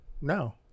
No